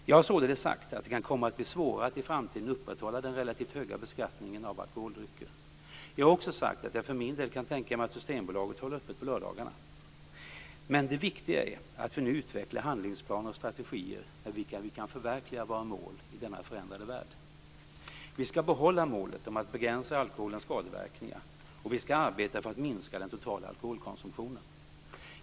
Jag har således sagt att det kan komma att bli svårare att i framtiden upprätthålla den relativt höga beskattningen av alkoholdrycker. Jag har också sagt att jag för min del kan tänka mig att Systembolaget håller öppet på lördagarna. Men det viktiga är att vi nu utvecklar handlingsplaner och strategier med vilka vi kan förverkliga våra mål i denna förändrade värld. Vi skall behålla målet om att begränsa alkoholens skadeverkningar, och vi skall arbeta för att minska den totala alkoholkonsumtionen.